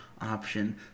option